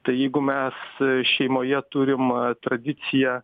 tai jeigu mes šeimoje turim tradiciją